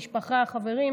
המשפחה והחברים,